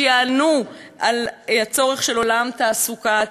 שיענו על הצורך של עולם תעסוקה עתידי.